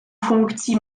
funkcí